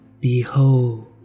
Behold